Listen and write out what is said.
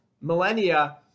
millennia